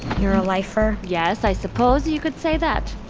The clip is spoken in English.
you're a lifer? yes, i suppose you could say that.